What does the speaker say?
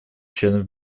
членов